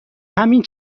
همین